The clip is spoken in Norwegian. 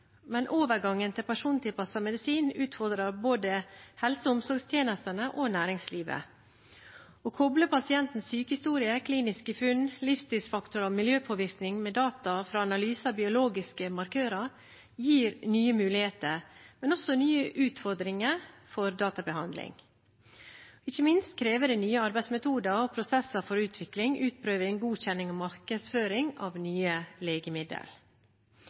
Men overgangen til persontilpasset medisin utfordrer både helse- og omsorgstjenestene og næringslivet. Å koble pasientens sykehistorie, kliniske funn, livsstilsfaktorer og miljøpåvirkning med data fra analyse av biologiske markører gir nye muligheter, men også nye utfordringer, for databehandling. Ikke minst krever det nye arbeidsmetoder og prosesser for utvikling, utprøving, godkjenning og markedsføring av nye